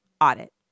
audit